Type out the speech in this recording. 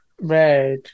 Right